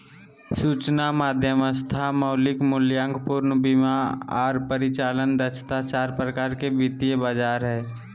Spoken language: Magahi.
सूचना मध्यस्थता, मौलिक मूल्यांकन, पूर्ण बीमा आर परिचालन दक्षता चार प्रकार के वित्तीय बाजार हय